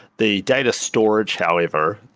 the data storage, however,